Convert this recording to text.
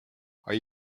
are